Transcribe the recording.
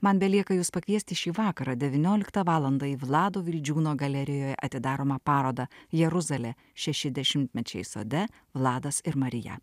man belieka jus pakviesti šį vakarą devynioliktą valandą į vlado vildžiūno galerijoje atidaromą parodą jeruzalė šeši dešimtmečiai sode vladas ir marija